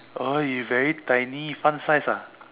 oh you very tiny fun size ah